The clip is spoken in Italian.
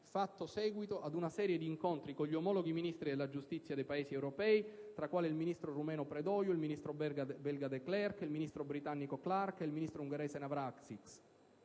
fatto seguito ad una serie di incontri con gli omologhi ministri della giustizia dei Paesi europei, tra cui il ministro romeno Preodiu, il ministro belga De Clerck, il ministro britannico Clarke e il ministro ungherese Navracsics,